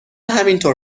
همینطور